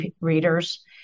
readers